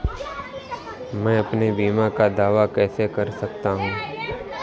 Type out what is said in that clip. मैं अपने बीमा का दावा कैसे कर सकता हूँ?